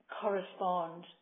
correspond